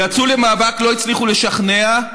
יצאו למאבק, לא הצליחו לשכנע,